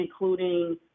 including